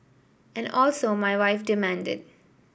and also my wife demanded